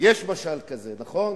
יש משל כזה, נכון?